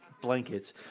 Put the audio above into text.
blankets